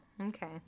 okay